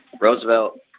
Roosevelt